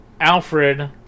Alfred